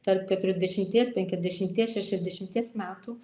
tarp keturiasdešimties penkiasdešimties šešiasdešimties metų